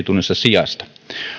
tunnissa sijasta